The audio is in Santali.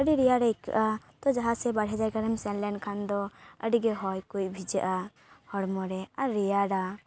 ᱟᱹᱰᱤ ᱨᱮᱭᱟᱲ ᱟᱹᱭᱠᱟᱹᱜᱼᱟ ᱛᱚ ᱡᱟᱦᱟᱸ ᱥᱮᱫ ᱵᱟᱨᱦᱮ ᱡᱟᱭᱜᱟ ᱨᱮᱢ ᱥᱮᱱ ᱞᱮᱱ ᱠᱷᱟᱱ ᱫᱚ ᱟᱹᱰᱤ ᱜᱮ ᱦᱚᱭ ᱠᱚ ᱵᱷᱤᱡᱟᱹᱼᱟ ᱦᱚᱲᱢᱚ ᱨᱮ ᱟᱨ ᱨᱮᱭᱟᱲᱟ